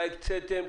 מה הקציתם,